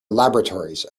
laboratories